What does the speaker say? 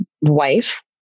wife